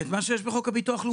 את מה שיש בחוק ביטוח לאומי.